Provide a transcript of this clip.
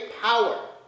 power